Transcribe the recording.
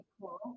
cool